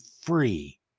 free